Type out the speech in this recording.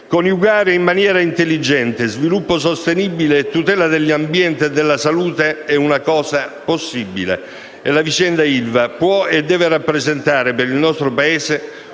Coniugare in maniera intelligente sviluppo sostenibile e tutela dell'ambiente e della salute è una cosa possibile e la vicenda ILVA può e deve rappresentare per il nostro Paese un'esperienza